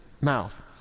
mouth